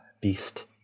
beast